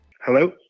Hello